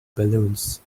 balloons